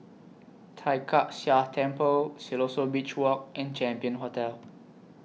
Tai Kak Seah Temple Siloso Beach Walk and Champion Hotel